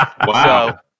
Wow